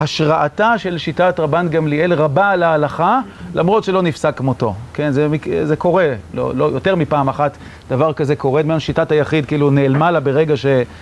השראתה של שיטת רבן גמליאל רבה להלכה, למרות שלא נפסק כמותו. כן, זה קורה, יותר מפעם אחת דבר כזה קורה. זאת אומרת, שיטת היחיד כאילו נעלמה לה ברגע ש...